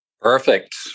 Perfect